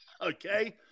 Okay